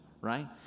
right